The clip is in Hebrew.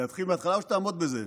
להתחיל מהתחלה או שתעמוד בזה?